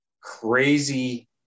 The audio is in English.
crazy